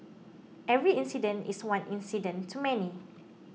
every incident is one incident too many